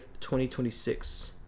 2026